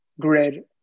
grid